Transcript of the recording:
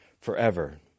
forever